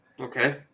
Okay